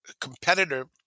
competitor